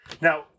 Now